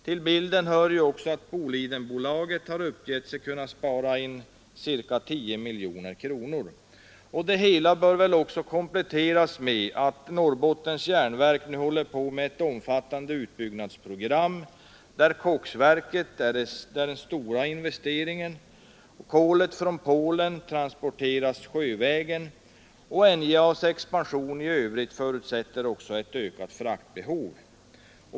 Till bilden hör också att Bolidenbolaget har uppgett sig kunna spara in ca 10 miljoner kronor. Det hela bör väl kompletteras med att Norrbottens järnverk nu håller på med ett omfattande utbyggnadsprogram, där koksverket är den stora investeringen. Kolet från Polen transporteras sjövägen, och NJA:s expansion i övrigt förutsätter också ett ökat fraktbehov.